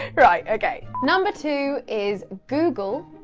right, okay. number two is google.